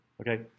Okay